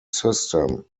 system